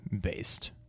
based